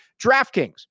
DraftKings